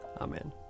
Amen